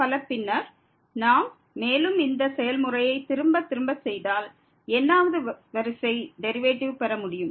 பின்னர் நாம் மேலும் இந்த செயல்முறையை திரும்ப திரும்ப செய்தால் n வது வரிசை டெரிவேட்டிவை பெற முடியும்